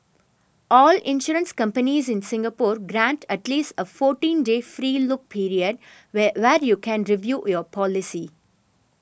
all insurance companies in Singapore grant at least a fourteen day free look period where where you can review your policy